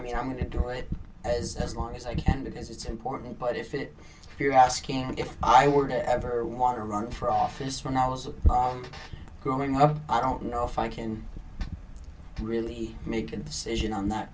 mean i'm going to do it as long as i can because it's important but if it you're asking me if i would ever want to run for office when i was a growing up i don't know if i can really make a decision on that